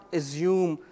assume